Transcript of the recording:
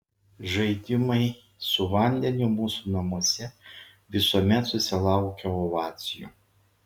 žaidimai su vandeniu mūsų namuose visuomet susilaukia ovacijų